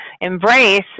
embrace